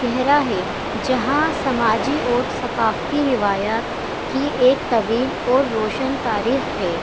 گہرا ہے جہاں سماجی اور ثقافتی روایات کی ایک طویل اور روشن تاریخ ہے